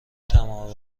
تمام